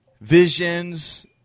Visions